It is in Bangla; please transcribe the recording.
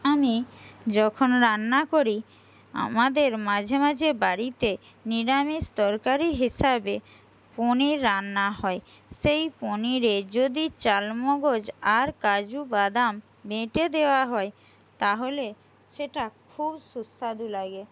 আমি যখন রান্না করি আমাদের মাঝে মাঝে বাড়িতে নিরামিষ তরকারি হিসাবে পনির রান্না হয় সেই পনিরে যদি চালমগজ আর কাজু বাদাম বেটে দেওয়া হয় তাহলে সেটা খুব সুস্বাদু লাগে